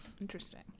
interesting